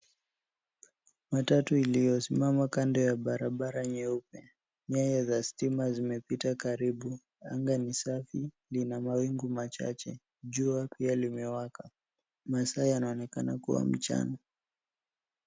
Matatu iliyosimama kando ya barabara nyeupe. Nyaya za stima imepita karibu. Anga ni safi, lina mawingu machache. Jua pia limewaka. Masaa yanaonekana kuwa mchana.